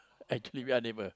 actually we are neighbour